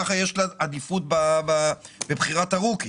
ככה יש לה עדיפות בבחירת הרוקיס.